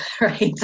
right